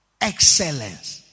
Excellence